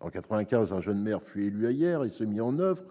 En 1995, un jeune maire fut élu à Yerres et mit en oeuvre